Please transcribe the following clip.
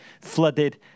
flooded